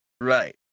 Right